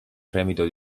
fremito